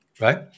right